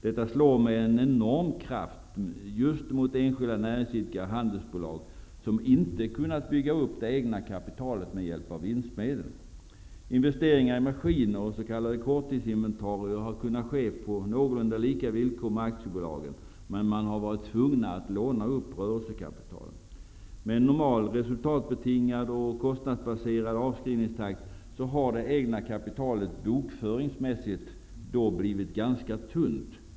Detta slår med en enorm kraft mot just enskilda näringsidkare och handelsbolag, som inte kunnat bygga upp det egna kapitalet med hjälp av vinstmedel. korttidsinventarier har kunnat ske på någorlunda lika villkor med aktiebolagen, men man har varit tvungen att låna upp rörelsekapitalet. Med en normal, resultatbetingad och kostnadsbaserad, avskrivningstakt har det egna kapitalet bokföringsmässigt snabbt blivit ganska tunt.